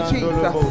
Jesus